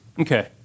Okay